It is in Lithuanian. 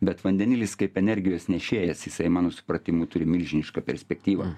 bet vandenilis kaip energijos nešėjas jisai mano supratimu turi milžinišką perspektyvą